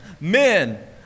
Men